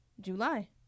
July